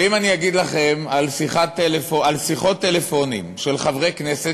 ואם אני אגיד לכם על שיחות טלפון של חברי כנסת,